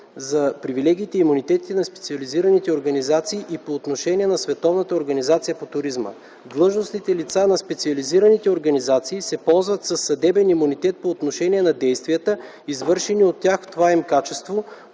за привилегиите и имунитетите на специализираните организации и по отношение на Световната организация по туризъм. Длъжностните лица на специализираните организации се ползват със съдебен имунитет по отношение на действията, извършени от тях в това им качество;